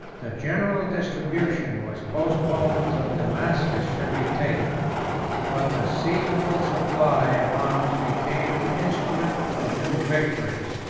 the general distribution was postponed till damascus should be taken but the seasonable supply of arms became the instrument of new victories.